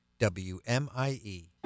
WMIE